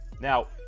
Now